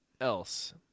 else